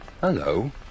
Hello